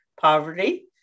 poverty